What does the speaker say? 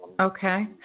Okay